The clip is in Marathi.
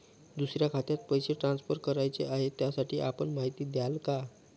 दुसऱ्या खात्यात पैसे ट्रान्सफर करायचे आहेत, त्यासाठी आपण माहिती द्याल का?